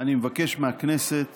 אני מבקש מהכנסת